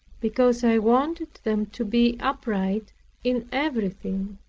because i wanted them to be upright in everything.